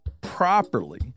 properly